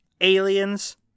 Aliens